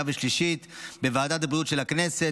והשלישית בוועדת הבריאות של הכנסת.